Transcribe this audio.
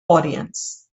audience